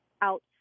out